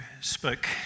spoke